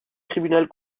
tribunal